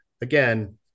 again